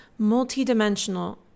multidimensional